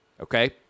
okay